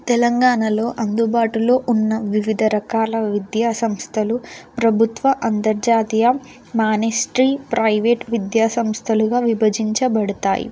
తెలంగాణలో అందుబాటులో ఉన్న వివిధ రకాల విద్యా సంస్థలు ప్రభుత్వ అంతర్జాతీయ మానిస్ట్రీ ప్రైవేట్ విద్యా సంస్థలుగా విభజించబడతాయి